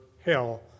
hell